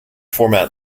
format